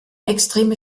extreme